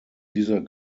dieser